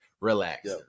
Relax